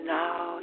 now